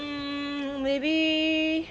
um maybe